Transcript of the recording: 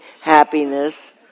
happiness